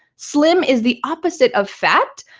slim is the opposite of fat.